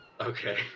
Okay